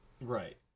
Right